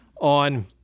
on